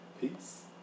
Peace